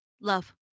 love